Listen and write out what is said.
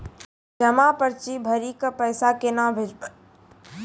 जमा पर्ची भरी के पैसा केना भेजबे?